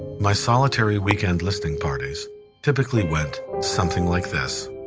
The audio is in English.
my solitary weekend listening parties typically went something like this.